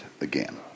again